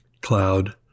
cloud